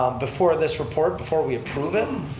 um before this report, before we approve it,